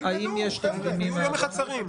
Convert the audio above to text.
תלמדו, חבר'ה, תהיו יום אחד שרים.